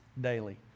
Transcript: daily